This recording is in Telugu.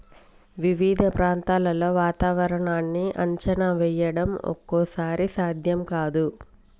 వివిధ ప్రాంతాల్లో వాతావరణాన్ని అంచనా వేయడం ఒక్కోసారి సాధ్యం కాదు